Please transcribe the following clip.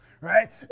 right